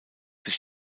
sich